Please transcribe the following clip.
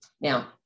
Now